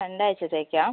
രണ്ട് ആഴ്ചത്തേയ്ക്കാണോ